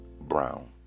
Brown